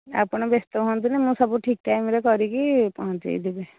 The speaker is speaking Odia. ଆପଣ ବ୍ୟସ୍ତ ହୁଅନ୍ତୁନି ମୁଁ ସବୁ ଠିକ ଟାଇମ୍ରେ କରିକି ପହଞ୍ଚାଇଦେବି